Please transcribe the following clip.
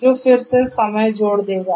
जो फिर से समय जोड़ देगा